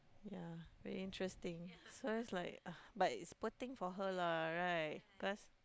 ya very interesting so is like ugh but is poor thing for her lah right cause